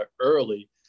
early